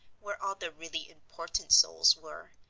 where all the really important souls were,